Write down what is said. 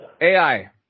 AI